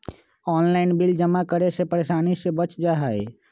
Online bill जमा करे से परेशानी से बच जाहई?